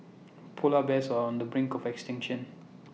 Polar Bears are on the brink of extinction